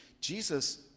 Jesus